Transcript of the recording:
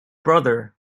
brother